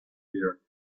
year